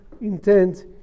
intent